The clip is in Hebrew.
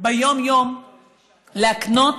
ביום-יום להקנות